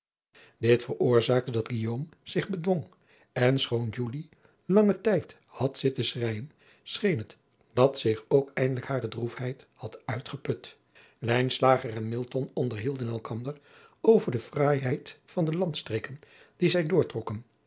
dit veroorzaakte dat guillaume zich bedwong en schoon julie langen tijd had zitten schreijen scheen het dat zich ook eindelijk hare droefheid had uitgeput lijnslager en milton onderhielden elkander over de fraaiheid van de landstreken die zij